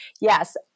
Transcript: yes